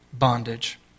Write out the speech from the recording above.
bondage